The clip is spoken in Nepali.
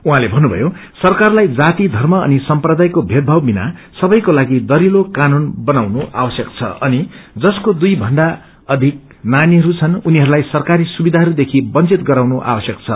उहाँले थन्नुथयो सरकारलाई जाति धर्म अनि सम्प्रदायको भेदभाव विना सबैको लागि दक्षिलो कानून बनाउनु आवश्यक छ अनि जसको दुई भन्दा अधिक नानीहरू छन् उनीहरूलाई सरकारी सुविधाहरू देखि वंचित गराउनु आवश्यक छ